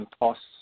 costs